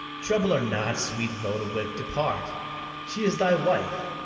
trouble her not sweet lodowick, depart she is thy wife,